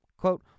Quote